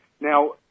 Now